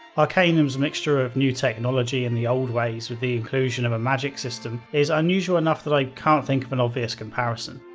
arcanum's mixture of new technology and the old ways, with the inclusion of a magick system, is unusual enough that i can't think of an obvious comparison.